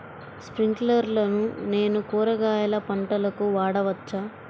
స్ప్రింక్లర్లను నేను కూరగాయల పంటలకు వాడవచ్చా?